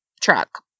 truck